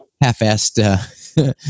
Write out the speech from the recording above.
half-assed